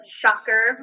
shocker